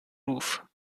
ruf